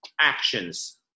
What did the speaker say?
actions